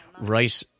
Right